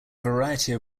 variety